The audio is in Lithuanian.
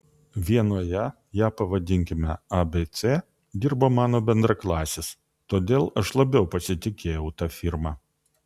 vienoje ją pavadinkime abc dirbo mano bendraklasis todėl aš labiau pasitikėjau ta firma